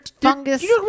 fungus